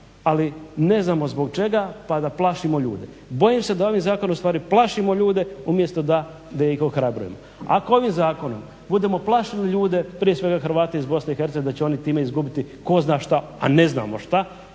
ali ne znamo zbog čega pa da plašimo ljude. Bojim se da ovim zakonom ustvari plašimo ljude umjesto da ih ohrabrujemo. Ako ovim zakonom budemo plašili ljude prije svega Hrvate iz BiH da će oni time izgubiti tko zna što, a ne znamo što,